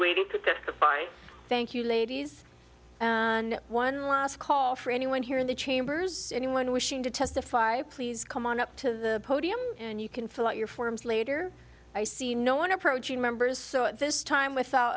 the fine thank you ladies and one last call for anyone here in the chambers anyone wishing to testify please come on up to the podium and you can fill out your forms later i see no one approaching members so at this time